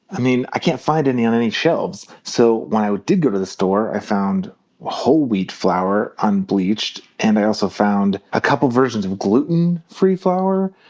i mean i can't find any on any shelves. so when i did go to the store i found whole wheat flour, unbleached and i also found a couple versions of gluten free flour.